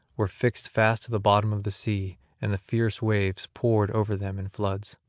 were fixed fast at the bottom of the sea and the fierce waves poured over them in floods.